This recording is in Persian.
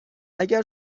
اگر